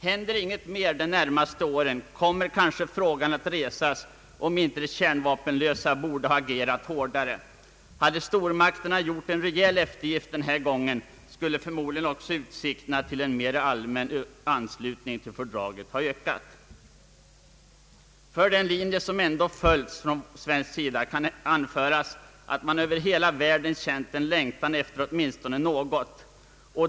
Händer inget mer de närmaste åren, kommer kanske frågan att resas, om inte de kärnvapenlösa borde ha agerat hårdare. Hade stormakterna gjort en rejäl eftergift denna gång, skulle utsikterna till en mer allmän anslutning till fördraget förmodlingen ha ökat. För den linje som ändå följts från svensk sida kan dock anföras, att man över hela världen känt en längtan efter åtminstone något.